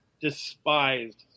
despised